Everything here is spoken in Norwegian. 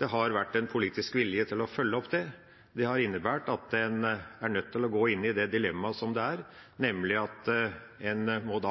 har vært en politisk vilje til å følge det opp. Det har innebåret at en er nødt til å gå inn i det dilemmaet som det er. En må da nemlig